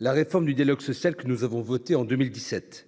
la réforme du dialogue social que nous avons votée en 2017,